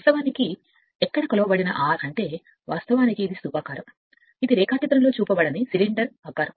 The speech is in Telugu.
వాస్తవానికి ఎక్కడ ఈ j కొలిచేది అంటే వాస్తవానికి ఇది స్థూపా కారం ఇది రేఖాచిత్రంలో చూపబడని సిలిండర్ ఆకారం